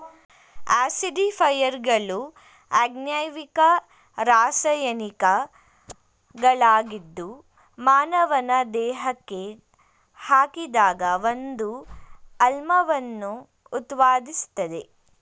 ಆಸಿಡಿಫೈಯರ್ಗಳು ಅಜೈವಿಕ ರಾಸಾಯನಿಕಗಳಾಗಿದ್ದು ಮಾನವನ ದೇಹಕ್ಕೆ ಹಾಕಿದಾಗ ಒಂದು ಆಮ್ಲವನ್ನು ಉತ್ಪಾದಿಸ್ತದೆ